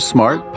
Smart